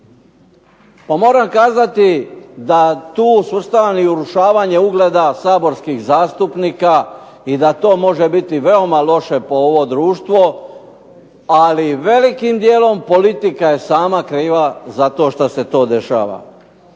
Pa moram kazati da tu svrstavam i urušavanje ugleda saborskih zastupnika i da to može biti veoma loše po ovo društvo, ali velikim dijelom politika je sama kriva za to što se dešava.